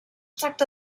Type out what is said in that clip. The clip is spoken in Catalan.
tracta